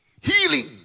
healing